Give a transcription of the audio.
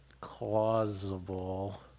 plausible